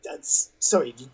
Sorry